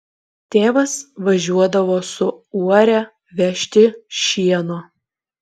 tėvas važiuodavo su uore vežti šieno